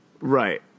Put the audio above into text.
Right